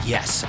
Yes